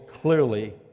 clearly